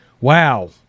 wow